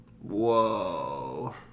Whoa